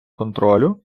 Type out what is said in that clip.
контролю